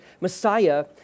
Messiah